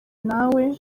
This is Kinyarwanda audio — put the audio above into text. nawe